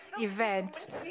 event